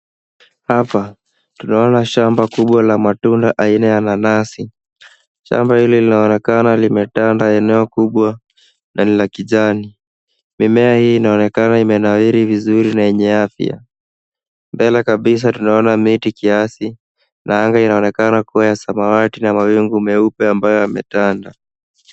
Hapa tunaona shamba kubwa la matunda aina ya nanasi. Shamba hili linaonekana limetanda eneo kubwa na ni la kijani. Mimea hii inaonekana imenawiri vizuri na yenye afya. Mbele kabisa tunaona miti kiasi na anga inaonekana kuwa ya samawati na mawingu meupe ambayo yametanda.